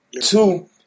Two